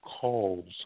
calls